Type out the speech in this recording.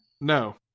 No